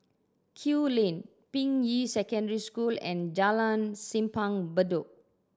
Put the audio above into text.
Kew Lane Ping Yi Secondary School and Jalan Simpang Bedok